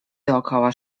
dookoła